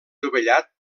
dovellat